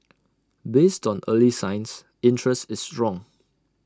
based on early signs interest is strong